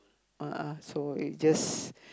uh uh so you just